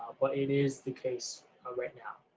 but it is the case right now.